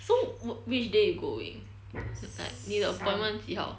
so wh~ which day you going like 你的 appointment 几号